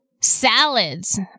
salads